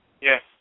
Yes